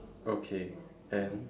okay and